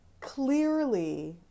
clearly